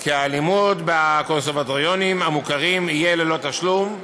כי הלימוד בקונסרבטוריונים המוכרים יהיה ללא תשלום,